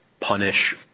punish